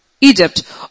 Egypt